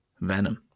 Venom